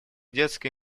детской